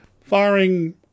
firing